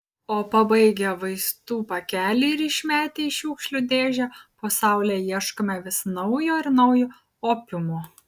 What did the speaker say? o pabaigę vaistų pakelį ir išmetę į šiukšlių dėžę po saule ieškome vis naujo ir naujo opiumo